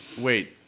Wait